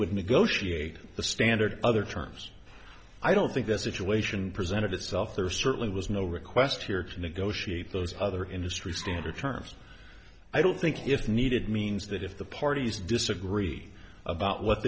would negotiate the standard other terms i don't think this issue ation presented itself there certainly was no request here to negotiate those other industry standard terms i don't think if needed means that if the parties disagree about what